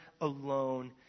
alone